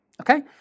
Okay